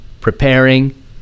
preparing